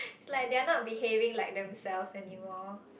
like they're not behaving like themselves anymore